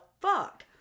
fuck